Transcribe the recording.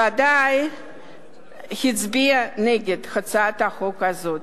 בוודאי הצביעה נגד הצעת חוק זו.